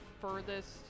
furthest